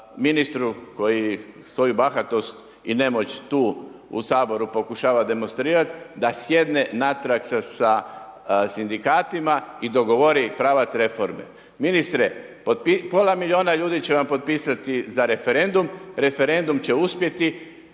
ministru koji svoju bahatost i nemoć tu u Saboru pokušava demonstrirati, da sjedne natrag sa sindikatima i dogovori pravac reforme. Ministre, pola milijuna ljudi će vam potpisati za referendum, referendum će uspjeti,